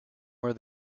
where